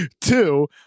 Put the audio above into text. Two